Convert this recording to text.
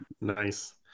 Nice